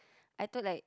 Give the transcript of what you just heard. I took like